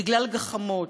בגלל גחמות,